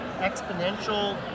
exponential